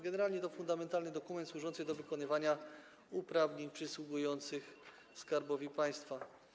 Generalnie to fundamentalny dokument służący do wykonywania uprawnień przysługujących Skarbowi Państwa.